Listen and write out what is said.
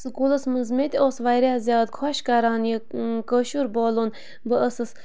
سکوٗلَس منٛز مےٚ تہِ اوس واریاہ زیادٕ خۄش کَران یہِ کٲشُر بولُن بہٕ ٲسٕس